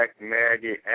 Maggie